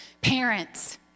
parents